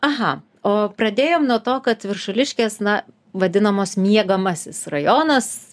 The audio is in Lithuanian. aha o pradėjom nuo to kad viršuliškės na vadinamos miegamasis rajonas